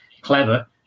clever